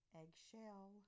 eggshell